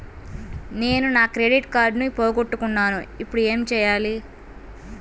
నేను నా క్రెడిట్ కార్డును పోగొట్టుకున్నాను ఇపుడు ఏం చేయాలి?